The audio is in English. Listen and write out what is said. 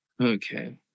Okay